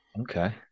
Okay